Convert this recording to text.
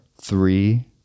three